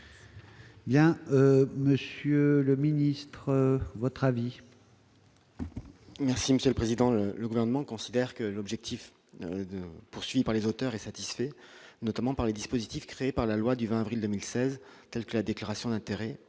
y a monsieur le ministre, votre avis. Merci Monsieur le Président, le gouvernement considère que l'objectif poursuivi par les auteurs est satisfait, notamment par les dispositifs créé par la loi du 20 avril 2016, telle que la déclaration d'intérêt